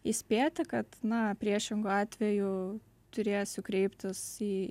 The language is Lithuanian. įspėti kad na priešingu atveju turėsiu kreiptis į